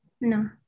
No